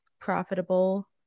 profitable